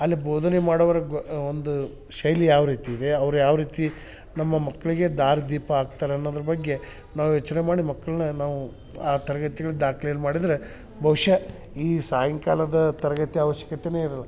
ಅಲ್ಲಿ ಬೋಧನೆ ಮಾಡುವರ ಗ್ ಒಂದು ಶೈಲಿ ಯಾವ ರೀತಿ ಇದೆ ಅವ್ರು ಯಾವ ರೀತಿ ನಮ್ಮ ಮಕ್ಕಳಿಗೆ ದಾರಿದೀಪ ಆಗ್ತಾರೆ ಅನ್ನೋದ್ರ ಬಗ್ಗೆ ನಾವು ಯೋಚನೆ ಮಾಡಿ ಮಕ್ಕಳನ್ನ ನಾವು ಆ ತರಗತಿಗಳ್ಗೆ ದಾಖ್ಲೆಯನ್ನ ಮಾಡಿದರೆ ಬಹುಶಃ ಈ ಸಾಯಂಕಾಲದ ತರಗತಿಯ ಆವಶ್ಯಕತೆ ಇರಲ್ಲ